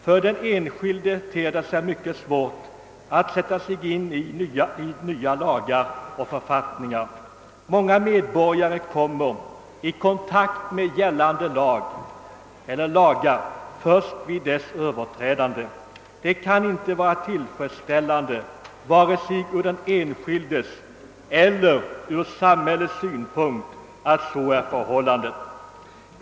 För den enskilde ter det sig mycket svårt att sätta sig in i nya lagar och författningar. Många medborgare kommer i kontakt med gällande lagar först då de överträder dem. Det kan inte vara tillfredsställande vare sig ur den enskildes eller samhällets synpunkt att så är förhållandet.